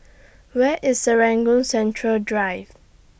Where IS Serangoon Central Drive